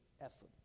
effort